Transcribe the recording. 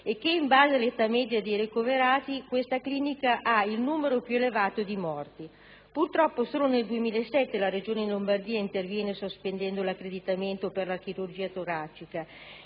e che in base all'età media dei ricoverati questa clinica ha il numero più elevato di morti. Purtroppo, solo nel 2007 la regione Lombardia interviene sospendendo l'accreditamento per la chirurgia toracica